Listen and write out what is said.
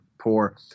poor